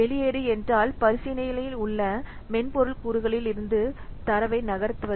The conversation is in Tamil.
வெளியேறு என்றால் பரிசீலனையில் உள்ள மென்பொருள் கூறுகளிலிருந்து தரவை நகர்த்துவது